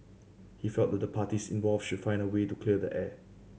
he felt that the parties involved should find a way to clear the air